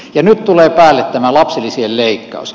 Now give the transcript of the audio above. ja nyt tulee päälle tämä lapsilisien leikkaus